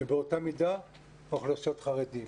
באותה המידה אוכלוסיות חרדים.